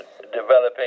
developing